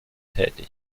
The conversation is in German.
tätig